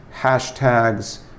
hashtags